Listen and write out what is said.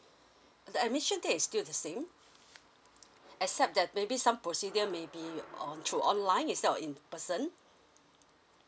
the admission date is still the same except that maybe some procedure may be like on through online instead of in person